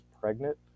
pregnant